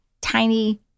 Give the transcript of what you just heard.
tiny